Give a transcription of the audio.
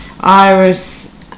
Iris